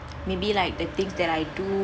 maybe like the things that I do